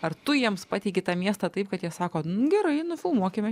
ar tu jiems pateiki tą miestą taip kad jie sako nu gerai nufilmuokime